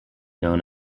known